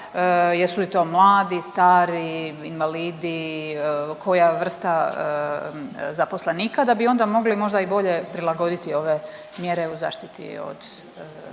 jesu li to mladi, stari, invalidi, koja vrsta zaposlenika, da bi onda mogli možda i bolje prilagoditi ove mjere u zaštiti od